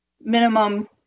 minimum